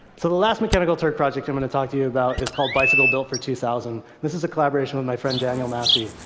so the last mechanical turk project i'm going and to talk to you about is called bicycle built for two thousand. this is a collaboration with my friend daniel massey.